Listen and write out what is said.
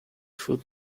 foot